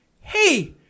hey